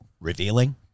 revealing